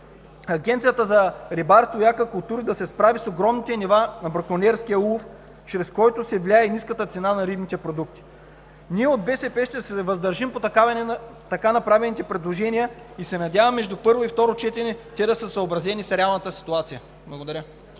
Агенцията за рибарство и аквакултури трябва да се справи с огромните нива на бракониерския улов, чрез който се влияе и ниската цена на рибните продукти. От „БСП за България“ ще се въздържим по така направените предложения и се надявам между първо и второ четене те да са съобразени с реалната ситуация. Благодаря.